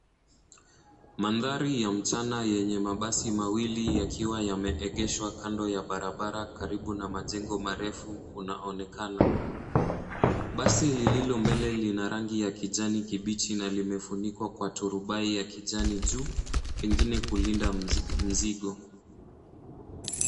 Mandhari ya mchana yenye mabasi mawili yakiwa yameegeshwa kwenye kando ya barabara karibu na majengo marefu yanaonekana. Basi lililo mbele lina rangi ya kijana kibichi na limefunikwa kwa turubai ya kijani juu pengine kulinda mzigo.